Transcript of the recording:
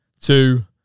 two